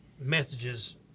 messages